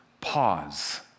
Pause